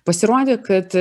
pasirodė kad